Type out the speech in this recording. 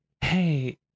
hey